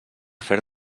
fer